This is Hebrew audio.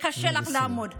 קשה לך לעמוד בזה.